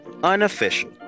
unofficial